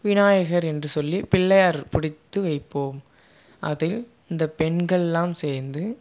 விநாயகர் என்று சொல்லி பிள்ளையார் பிடித்து வைப்போம் அதை இந்த பெண்களெலாம் சேர்ந்து